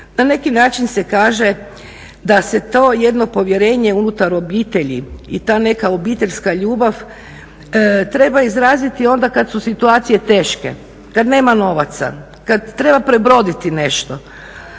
Na neki način se kaže da se to jedno povjerenje unutar obitelji i ta neka obiteljska ljubav treba izraziti onda kad su situacije teške, kad nema novaca, kad treba prebroditi nešto